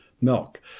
milk